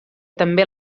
també